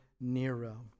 Nero